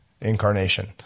incarnation